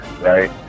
Right